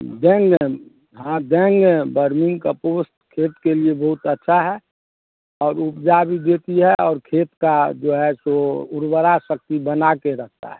देंगे हाँ देंगे वर्मी कम्पोस सेहत के लिए बहुत अच्छा है और उपजा भी देती है और खेत का जो है सो उर्वरक शक्ति बना के रखता है